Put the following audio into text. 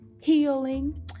healing